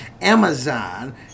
Amazon